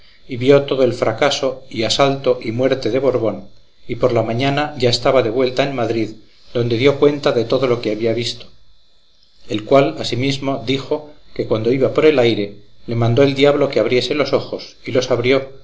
y vio todo el fracaso y asalto y muerte de borbón y por la mañana ya estaba de vuelta en madrid donde dio cuenta de todo lo que había visto el cual asimismo dijo que cuando iba por el aire le mandó el diablo que abriese los ojos y los abrió